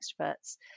extroverts